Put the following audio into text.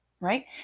right